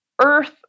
Earth